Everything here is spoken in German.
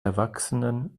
erwachsenen